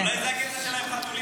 אולי זה הקטע שלה עם חתולים.